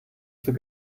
zur